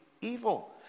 evil